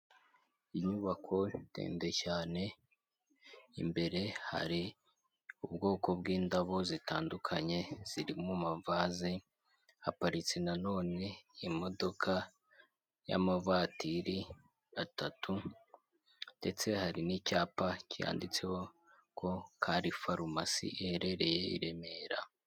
Inyubako ndende cyane imbere hari ubwoko bw'indabo zitandukanye zirimo mu mavase haparitse na none imodoka y'amavatiri atatu ndetse hari n'icyapa cyanditseho ko kari farumasi iherereye i Remera.